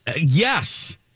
Yes